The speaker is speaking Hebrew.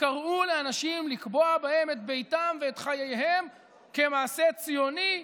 וקראו לאנשים לקבוע בהם את ביתם ואת חייהם כמעשה ציוני,